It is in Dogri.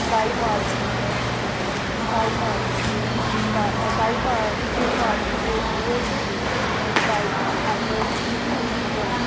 बाई मार्च गी बाई मार्च गी ओह् बा बाई न त्रेई मार्च गी ओह् शुरू होए ते बाई अप्रैल गी ओह् खत्म होने